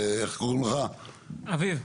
אביב,